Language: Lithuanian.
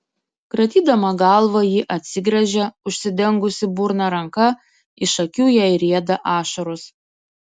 kratydama galvą ji atsigręžia užsidengusi burną ranka iš akių jai rieda ašaros